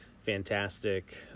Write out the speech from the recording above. fantastic